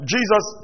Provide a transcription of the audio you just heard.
Jesus